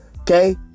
okay